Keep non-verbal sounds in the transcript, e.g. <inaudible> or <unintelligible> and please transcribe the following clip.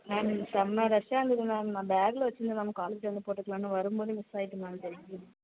ma'am இன்னைக்கு சம்ம ரஷ்ஷாக இருந்தது மேம் நான் பேக்கில் வச்சுருந்தேன் மேம் காலேஜில் வந்து போட்டுக்கலான்னு வரும் போதே மிஸ் ஆயிட்டு மேம் <unintelligible>